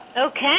Okay